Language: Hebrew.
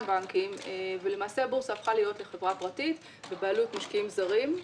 בנקים ולמעשה הבורסה הפכה להיות לחברה פרטית בבעלות משקיעים זרים.